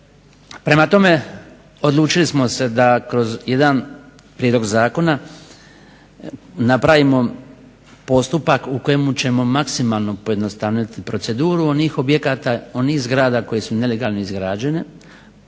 Prema tome, odlučili smo se da kroz jedan prijedlog zakona napravimo postupak u kojemu ćemo maksimalno pojednostaviti proceduru onih objekata, onih zgrada koje su nelegalno izgrađene,